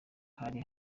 hari